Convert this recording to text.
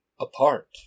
Apart